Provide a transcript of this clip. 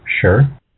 Sure